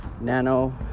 Nano